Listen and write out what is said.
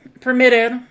permitted